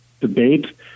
debate